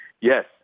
yes